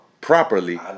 properly